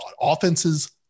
offenses